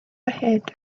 ahead